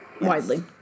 widely